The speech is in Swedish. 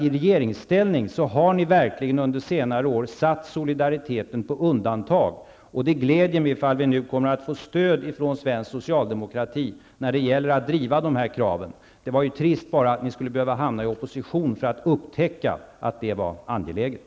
I regeringsställning har ni under senare år verkligen satt solidariteten på undantag. Det gläder mig om vi nu kommer att få stöd från svensk socialdemokrati när det gäller att driva dessa krav. Det var trist att ni skulle behöva hamna i opposition för att upptäcka att det är angeläget.